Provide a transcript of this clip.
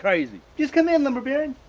crazy. just come in lumber baron.